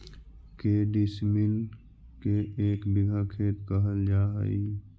के डिसमिल के एक बिघा खेत कहल जा है?